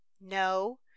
No